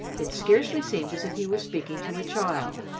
it scarcely seemed as if he were speaking to a child,